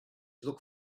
look